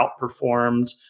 outperformed